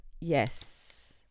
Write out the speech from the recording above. yes